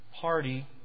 Party